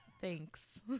Thanks